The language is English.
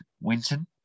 Winton